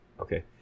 okay